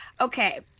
Okay